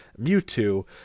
mewtwo